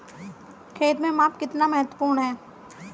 खेत में माप कितना महत्वपूर्ण है?